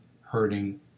hurting